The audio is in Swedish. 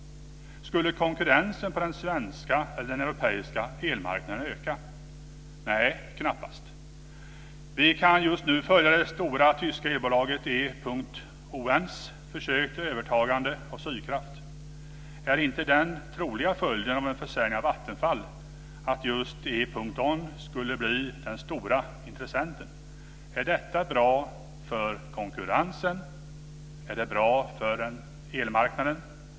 Skulle konkurrensen på den svenska eller den europeiska elmarknaden öka? Nej, knappast. Vi kan just nu följa det stora tyska elbolaget E.ON:s försök till övertagande av Sydkraft. Är inte den troliga följden av en försäljning av Vattenfall att just E.ON skulle bli den stora intressenten? Är detta bra för konkurrensen? Är det bra för elmarknaden?